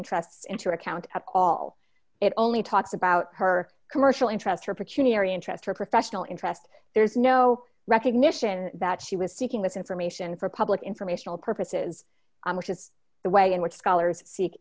interests into account at all it only talks about her commercial interests repertory interest her professional interest there's no recognition that she was seeking with information for public informational purposes which is the way in which scholars seek